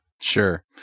Sure